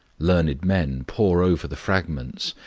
learned men pore over the fragments,